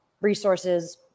Resources